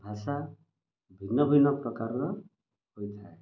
ଭାଷା ଭିନ୍ନ ଭିନ୍ନ ପ୍ରକାରର ହୋଇଥାଏ